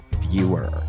viewer